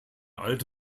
alte